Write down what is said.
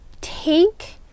take